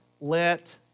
let